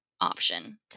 option